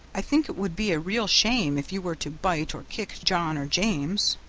i think it would be a real shame if you were to bite or kick john or james.